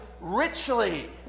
richly